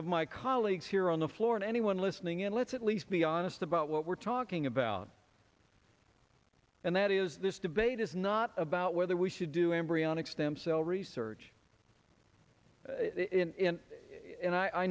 of my colleagues here on the floor and anyone listening and let's at least be honest about what we're talking about and that is this debate is not about whether we should do embryonic stem cell research in and